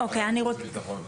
אני הולך לוועדת החוץ והביטחון.